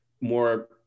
more